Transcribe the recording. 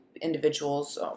individuals